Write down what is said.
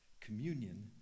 Communion